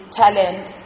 talent